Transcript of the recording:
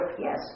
yes